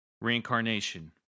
Reincarnation